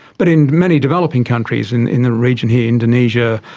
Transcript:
but in many developing countries in in the region here indonesia,